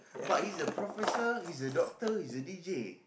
but he's a professor he's a doctor he's deejay